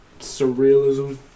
surrealism